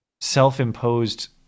self-imposed